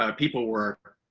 ah people were